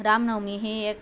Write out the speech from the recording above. रामनवमी ही एक